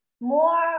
more